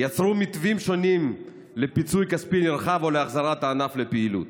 יצרו מתווים שונים לפיצוי כספי נרחב או להחזרת הענף לפעילות.